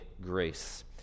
grace